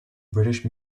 british